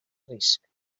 risc